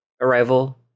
Arrival